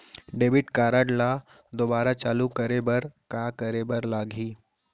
Debit card ला दोबारा चालू करे बर का करे बर लागही?